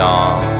on